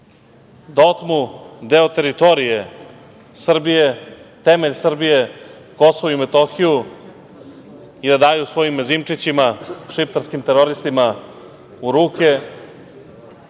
da otmu deo teritorije Srbije, temelj Srbije, Kosovo i Metohiju i da daju svojim mezimčićima, šiptarskim teroristima u ruke